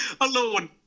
alone